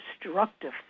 destructive